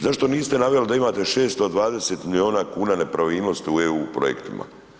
Zašto niste naveli da imate 620 milijuna kuna nepravilnosti u EU projektima?